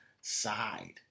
side